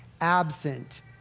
absent